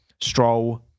Stroll